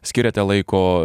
skiriate laiko